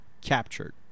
captured